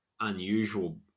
unusual